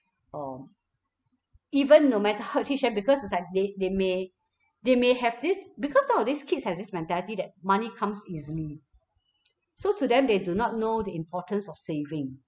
um even no matter how you teach them because it's like they they may they may have this because nowadays kids have this mentality that money comes easily so to them they do not know the importance of saving